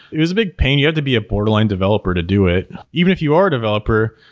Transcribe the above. it was a big pain. you have to be a borderline developer to do it. even if you are a developer,